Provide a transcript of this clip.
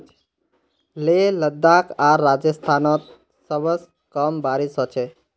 लेह लद्दाख आर राजस्थानत सबस कम बारिश ह छेक